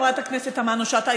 חברת הכנסת תמנו-שטה,